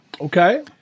Okay